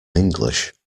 english